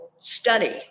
study